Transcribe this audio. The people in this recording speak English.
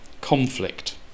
conflict